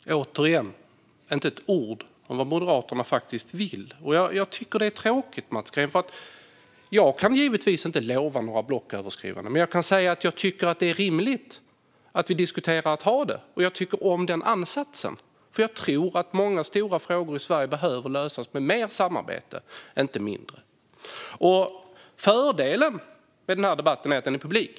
Fru talman! Återigen inte ett ord om vad Moderaterna faktiskt vill. Jag tycker att det är tråkigt, Mats Green. Jag kan givetvis inte utlova några blocköverskridande överläggningar, men jag kan säga att jag tycker att det är rimligt att vi diskuterar att ha det. Jag tycker om den ansatsen, för jag tror att många stora frågor i Sverige behöver lösas med mer samarbete och inte mindre. Fördelen med denna debatt är att den är publik.